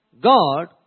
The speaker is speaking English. God